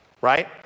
right